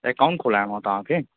account खोलाइणो आहे तव्हांखे